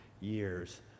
years